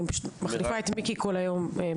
אני פשוט מחליפה את מיקי כל היום.